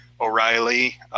O'Reilly